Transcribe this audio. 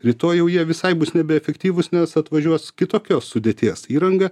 rytoj jau jie visai bus nebeefektyvūs nes atvažiuos kitokios sudėties įranga